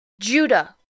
Judah